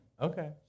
Okay